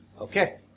Okay